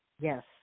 Yes